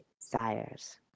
desires